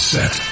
Set